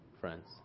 friends